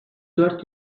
dört